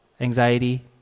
anxiety